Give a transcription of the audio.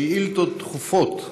אנחנו נפתח בשאילתות דחופות.